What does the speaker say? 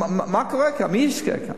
מי יזכה כאן?